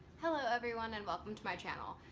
hello everyone and welcome to my channel!